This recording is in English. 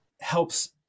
helps